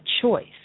choice